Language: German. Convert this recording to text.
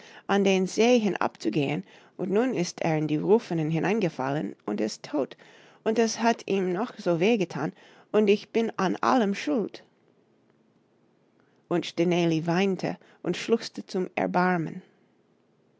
an den see hinabzugehen und nun ist er in die rüfenen hineingefallen und ist tot und es hat ihm noch so weh getan und ich bin an allem schuld und stineli weinte und schluchzte zum erbarmen